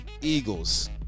Eagles